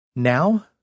Now